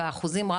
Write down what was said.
והאחוזים רק